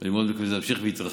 ואני מאוד מקווה שזה ימשיך ויתרחב,